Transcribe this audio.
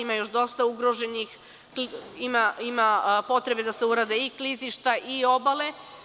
Ima još dosta ugroženih i ima potrebe da se urade i klizišta i obale.